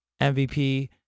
mvp